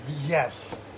yes